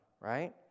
right